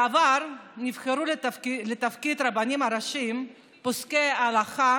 בעבר נבחרו לתפקיד הרבנים הראשיים פוסקי הלכה